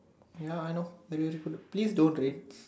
ya I know then very good please don't rain